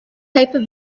paper